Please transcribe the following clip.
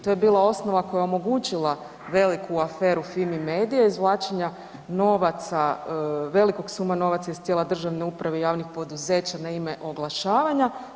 To je bila osnova koja je omogućila veliku aferu Fimi Medie, izvlačenja novaca, velikog suma novaca iz tijela državne uprave i javnih poduzeća na ime oglašavanja.